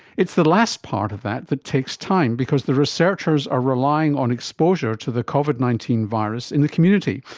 it's the last part of that that takes time because the researchers are relying on exposure to the covid nineteen virus in the community,